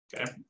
Okay